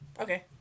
Okay